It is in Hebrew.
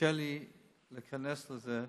קשה לי להיכנס לזה.